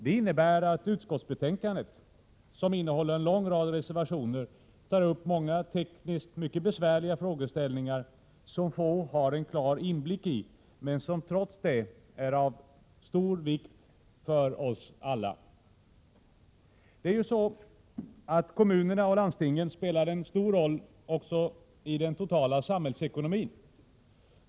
Det innebär att det i utskottsbetänkandet, som innehåller en rad reservationer, tas upp många tekniskt mycket besvärliga frågeställningar, som få människor har en klar inblick i, men som trots detta är av stor betydelse för oss alla. Kommunerna och landstingen spelar en stor roll i den totala samhällsekonomin.